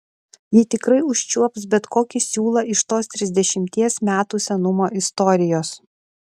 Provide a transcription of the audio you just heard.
ji tikrai užčiuops bet kokį siūlą iš tos trisdešimties metų senumo istorijos